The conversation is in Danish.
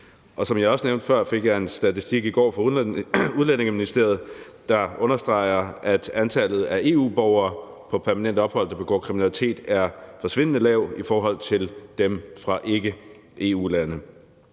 Som jeg også nævnte før, fik jeg i går en statistik fra Udlændinge- og Integrationsministeriet, der understreger, at antallet af EU-borgere på permanent ophold, der begår kriminalitet, er forsvindende lavt i forhold til dem fra ikke-EU-lande.